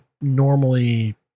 normally